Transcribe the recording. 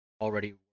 already